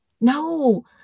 no